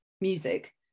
music